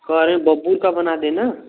कह रहे हैं बबूल का बना दें ना